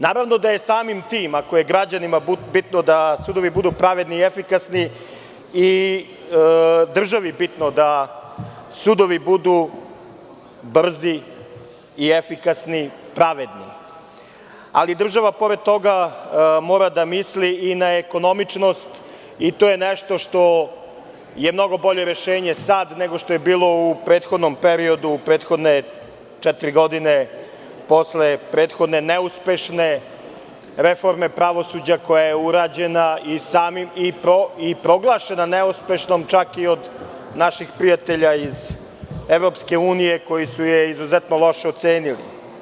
Naravno da je samim tim, ako je građanima bitno da sudovi budu pravedni i efikasni i državi bitno da sudovi budu brzi i efikasni, pravedni, ali država pored toga mora da misli i na ekonomičnost i to je nešto što je mnogo bolje rešenje, nego što je bilo u prethodnom periodu, prethodne četiri godine, posle neuspešne reforme pravosuđa koja je urađena i proglašena neuspešnom, čak i od naših prijatelja iz EU koji su je izuzetno loše ocenili.